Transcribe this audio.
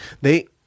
They-